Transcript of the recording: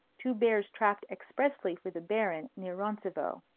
two bears trapped expressly for the baron near roncevaux.